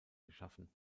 geschaffen